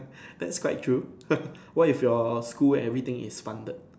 that's quite true what if your school everything is funded